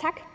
Tak.